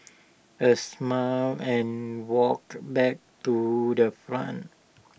I smiled and walked back to the front